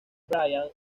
brian